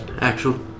actual